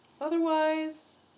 Otherwise